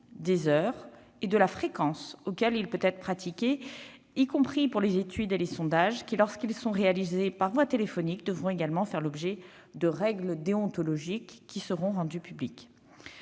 des heures et de la fréquence auxquels il peut être pratiqué, y compris pour les études et les sondages qui, lorsqu'ils sont réalisés par voie téléphonique, devront également faire l'objet de règles déontologiques qui seront rendues publiques.